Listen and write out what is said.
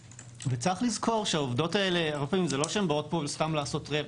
צריך לזכור שהרבה פעמים העובדות האלה לא באות לפה סתם לעשות רווח.